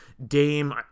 Dame